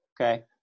Okay